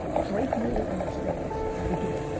drake really understands the game.